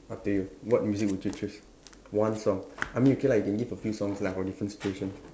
up to you what music would you choose one song I mean okay lah you can give a few songs lah for different situation